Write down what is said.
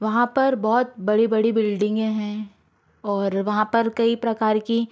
वहाँ पर बहुत बड़ी बड़ी बिल्डिंगे हैं और वहाँ पर कई प्रकार की